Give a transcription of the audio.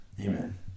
Amen